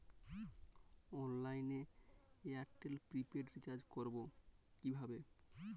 অনলাইনে এয়ারটেলে prepaid recharge করবো কিভাবে?